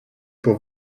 pour